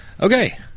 Okay